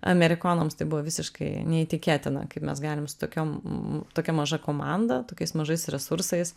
amerikonams tai buvo visiškai neįtikėtina kaip mes galim su tokiom maža komanda tokiais mažais resursais